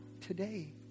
today